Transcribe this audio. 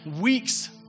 weeks